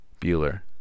bueller